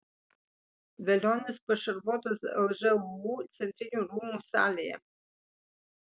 velionis pašarvotas lžūu centrinių rūmų salėje